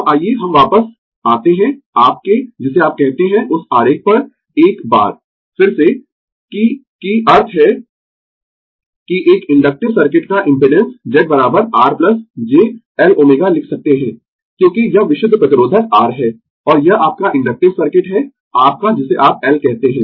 अब आइये हम वापस आते है आपके जिसे आप कहते है उस आरेख पर एक बार फिर से कि कि अर्थ है कि एक इन्डक्टिव सर्किट का impedance Z R j Lω लिख सकते है क्योंकि यह विशुद्ध प्रतिरोधक R है और यह आपका इन्डक्टिव सर्किट है आपका जिसे आप L कहते है